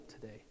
today